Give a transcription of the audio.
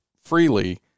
freely